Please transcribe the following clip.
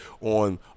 on